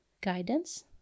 guidance